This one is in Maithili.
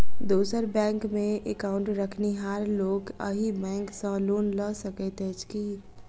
दोसर बैंकमे एकाउन्ट रखनिहार लोक अहि बैंक सँ लोन लऽ सकैत अछि की?